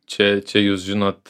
čia čia jūs žinot